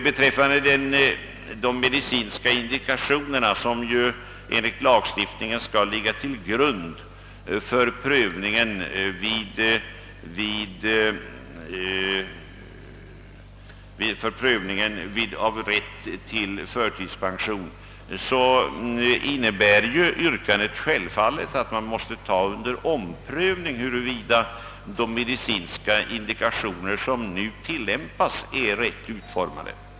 Beträffande de medicinska indikationerna, som ju enligt lagstiftningen skall ligga till grund för prövning av rätt till förtidspension, innebär yrkandet självfallet att man måste ta under omprövning huruvida dessa medicinska indikationer är rätt utformade.